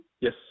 Yes